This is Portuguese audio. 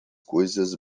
coisas